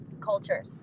culture